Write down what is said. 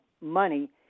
money